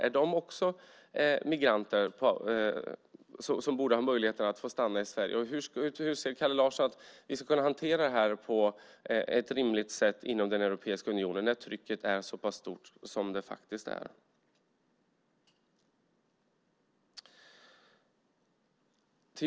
Är de också migranter som borde ha möjlighet att få stanna i Sverige? Hur anser Kalle Larsson att vi ska kunna hantera det här på ett rimligt sätt inom Europeiska unionen när trycket är så pass stort som det faktiskt är?